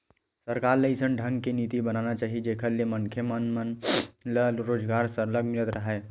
सरकार ल अइसन ढंग के नीति बनाना चाही जेखर ले मनखे मन मन ल रोजगार सरलग मिलत राहय